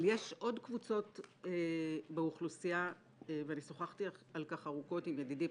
אבל יש עוד קבוצות באוכלוסייה אני שוחחתי על כך ארוכות עם ידידי,